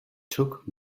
took